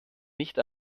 nicht